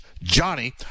Johnny